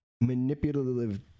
manipulative